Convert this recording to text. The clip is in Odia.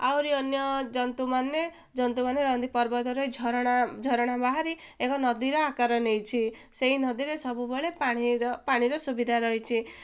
ଆହୁରି ଅନ୍ୟ ଜନ୍ତୁମାନେ ଜନ୍ତୁମାନେ ରହନ୍ତି ପର୍ବତରେ ଝରଣା ଝରଣା ବାହାରି ଏକ ନଦୀର ଆକାର ନେଇଛି ସେଇ ନଦୀରେ ସବୁବେଳେ ପାଣିର ପାଣିର ସୁବିଧା ରହିଛିି